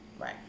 Right